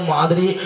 Madri